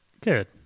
Good